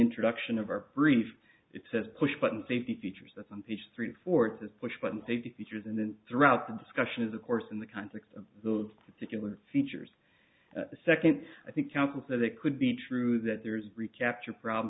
introduction of our brief it says push button safety features that's on page three of four to push button safety features and then throughout the discussion is of course in the context of those particular features the second i think councils that could be true that there is recapture problem